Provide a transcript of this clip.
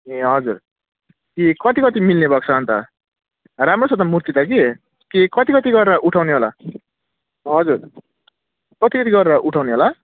ए हजुर ए कति कति मिल्ने भएको छ अन्त राम्रो छ त मूर्ति त कि के कति कति गरेर उठाउने होला हजुर कति कति गरेर उठाउने होला